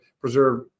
preserve –